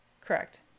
Correct